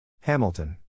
Hamilton